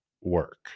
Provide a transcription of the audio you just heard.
work